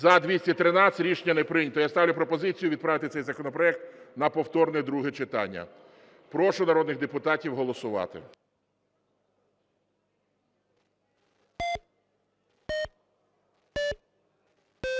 За-213 Рішення не прийнято. Я ставлю пропозицію відправити цей законопроект на повторне друге читання. Прошу народних депутатів голосувати.